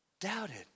doubted